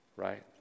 Right